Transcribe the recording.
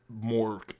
more